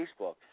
Facebook